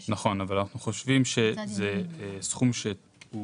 נכון, אבל אנחנו חושבים שזה סכום שהוא